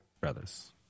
brothers